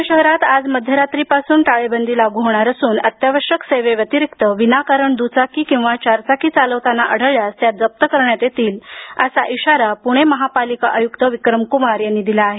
पुणे शहरात आज मध्यरात्रीपासून टाळेबंदी लागू होणार असून अत्यावश्यक सेवेव्यतिरिक्त विनाकारण दुचाकी किंवा चारचाकी चालवताना आढळल्यास त्या जप्त करण्यात येतील असा इशारा पुणे महापालिका आयुक्त विक्रमकुमार यांनी दिला आहे